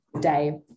day